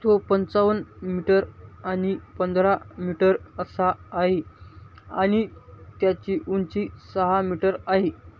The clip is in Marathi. तो पंचावन्न मीटर आणि पंधरा मीटर असा आहे आणि त्याची उंची सहा मीटर आहे